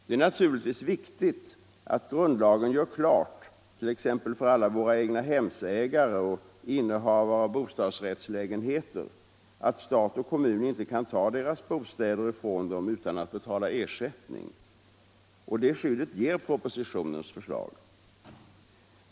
Det är naturligtvis viktigt att grundlagen gör klart t.ex. för alla våra egnahemsägare och innehavare av bostadsrättslägenheter att stat och kommun inte kan ta deras bostäder ifrån dem utan att betala ersättning. Och det skyddet ger propositionens förslag.